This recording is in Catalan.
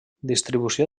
distribució